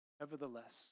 Nevertheless